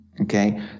okay